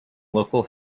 local